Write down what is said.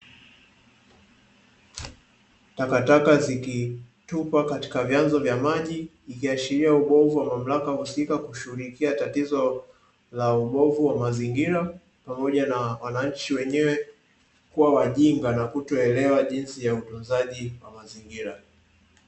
Takataka zikitupwa katika vyanzo vya maji, ikiashiria ubovu wa mamlaka husika kushughulikia tatizo la ubovu wa mazingira, pamoja na wananchi wenyewe kuwa wajinga nakutoelewa jinsi ya utunzaji wa mazingira.